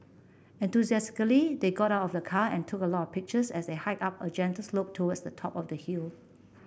enthusiastically they got of the car and took a lot of pictures as they hiked up a gentle slope towards the top of the hill